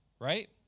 right